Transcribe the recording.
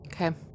Okay